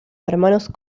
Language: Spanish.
hermanos